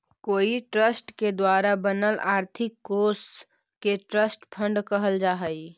कोई ट्रस्ट के द्वारा बनल आर्थिक कोश के ट्रस्ट फंड कहल जा हई